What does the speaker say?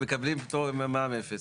מקבלים פטור, מע"מ אפס.